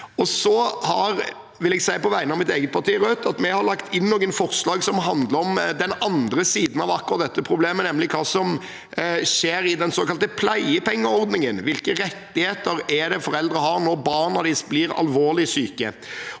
at vi har lagt inn noen forslag som handler om den andre siden av akkurat dette problemet, nemlig hva som skjer i den såkalte pleiepengeordningen – hvilke rettigheter det er foreldre har når barna deres blir alvorlig syke.